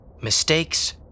Mistakes